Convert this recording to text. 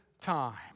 time